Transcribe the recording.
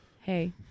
Hey